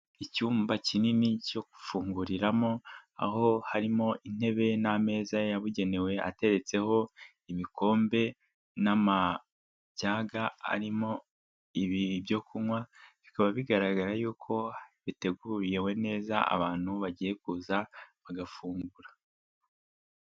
Icyumba kinini cyo gufunguriramo, aho harimo intebe n'ameza yabugenewe ateretseho imikombe n'amajyaga arimo ibyo kunywa, bikaba bigaragara yuko biteguriwe neza abantu bagiye kuza bagafungura.